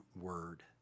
word